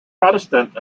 protestant